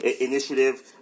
initiative